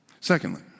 Secondly